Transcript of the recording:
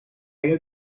اگر